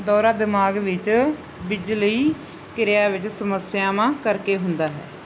ਦੌਰਾ ਦਿਮਾਗ ਵਿੱਚ ਬਿਜਲਈ ਕਿਰਿਆ ਵਿੱਚ ਸਮੱਸਿਆਵਾਂ ਕਰਕੇ ਹੁੰਦਾ ਹੈ